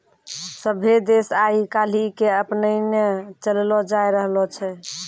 सभ्भे देश आइ काल्हि के अपनैने चललो जाय रहलो छै